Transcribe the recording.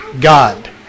God